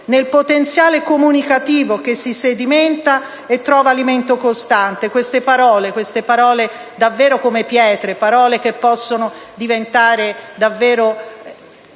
nel potenziale comunicativo che si sedimenta e trova alimento costante: queste parole davvero come pietre, parole che possono diventare davvero